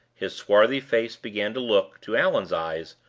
his swarthy face began to look, to allan's eyes,